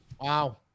Wow